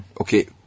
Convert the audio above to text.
Okay